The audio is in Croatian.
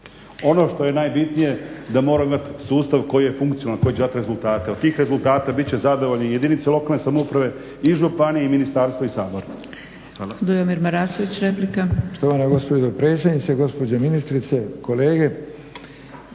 Ono što je najbitnije da moramo imati sustav koji je funkcionalan, koji će dat rezultate, od tih rezultata bit će zadovoljne jedinice lokalne samouprave i županije i ministarstva i Sabor.